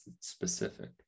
specific